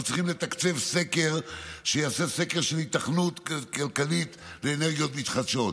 אנחנו צריכים לתקצב סקר של היתכנות כלכלית של אנרגיות מתחדשות.